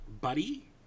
buddy